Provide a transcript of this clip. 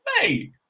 Hey